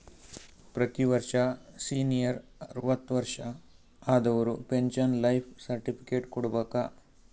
ಪ್ರತಿ ವರ್ಷ ಸೀನಿಯರ್ ಅರ್ವತ್ ವರ್ಷಾ ಆದವರು ಪೆನ್ಶನ್ ಲೈಫ್ ಸರ್ಟಿಫಿಕೇಟ್ ಕೊಡ್ಬೇಕ